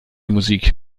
musik